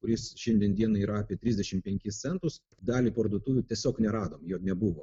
kuris šiandien dienai yra apie trisdešim penkis centus dalį parduotuvių tiesiog neradom jo nebuvo